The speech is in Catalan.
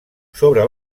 sobre